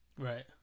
Right